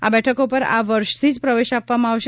આ બેઠકો પર આ વર્ષ થી જ પ્રવેશ આપવામાં આવશે